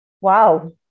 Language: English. Wow